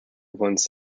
once